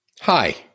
Hi